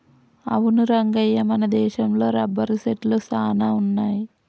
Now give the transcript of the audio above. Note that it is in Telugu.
అవును రంగయ్య మన దేశంలో రబ్బరు సెట్లు సాన వున్నాయి